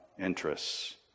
interests